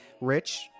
rich